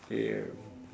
yup